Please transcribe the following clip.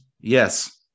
Yes